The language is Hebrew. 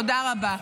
תודה רבה.